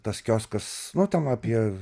tas kioskas nu ten apie